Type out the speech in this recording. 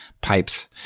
pipes